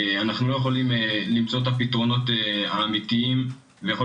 אנחנו לא יכולים למצוא את הפתרונות האמיתיים ויכול